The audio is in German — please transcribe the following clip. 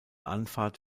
anfahrt